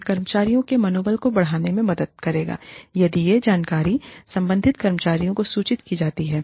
यह कर्मचारियों के मनोबल को बढ़ाने में मदद करेगा यदि यह जानकारी संबंधित कर्मचारियों को सूचित की जाती है